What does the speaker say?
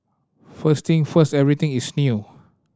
first thing first everything is new